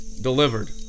delivered